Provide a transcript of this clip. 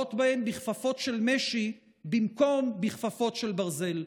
נוהגות בהם בכפפות של משי במקום בכפפות של ברזל.